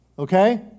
Okay